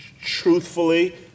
truthfully